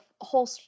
whole